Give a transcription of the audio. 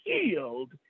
healed